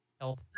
health